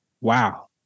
Wow